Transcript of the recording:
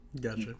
Gotcha